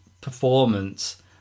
performance